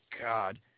God